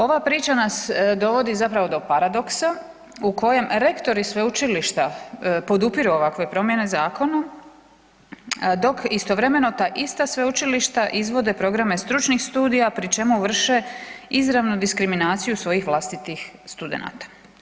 Ova priča nas dovodi zapravo do paradoksa u kojem rektori sveučilišta podupiru ovakve promjene u zakonu, dok istovremeno ta ista sveučilišta izvode programe stručnih studija, pri čemu vrše izravnu diskriminaciju svojih vlastitih studenata.